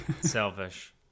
Selfish